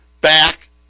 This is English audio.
back